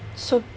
so